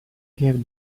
gave